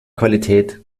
qualität